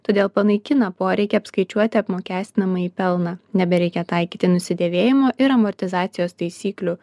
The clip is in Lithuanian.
todėl panaikina poreikį apskaičiuoti apmokestinamąjį pelną nebereikia taikyti nusidėvėjimo ir amortizacijos taisyklių